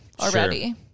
already